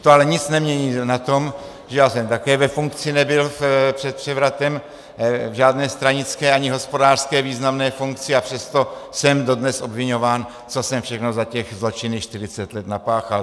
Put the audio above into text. To ale nic nemění na tom, že já jsem také ve funkci nebyl před převratem, v žádné stranické ani hospodářské významné funkci, a přesto jsem dodnes obviňován, co jsem všechno za těch zločinných čtyřicet let napáchal.